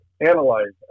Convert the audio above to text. analyze